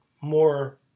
more